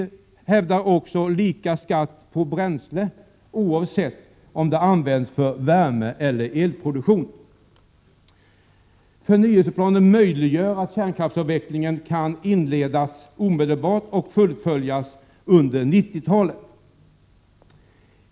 Vi hävdar också lika skatt på bränsle oavsett om det används för värme eller elproduktion. Förnyelseplanen möjliggör att kärnkraftsavvecklingen kan inledas omedelbart och fullföljas under 1990-talet.